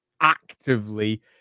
actively